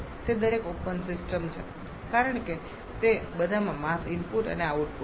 હવે તે દરેક ઓપન સિસ્ટમ છે કારણ કે તે બધામાં માસ ઇનપુટ અને આઉટપુટ છે